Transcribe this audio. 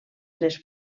tres